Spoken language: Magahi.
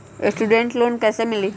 स्टूडेंट लोन कैसे मिली?